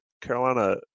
Carolina